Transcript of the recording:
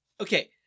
okay